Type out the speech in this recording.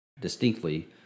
distinctly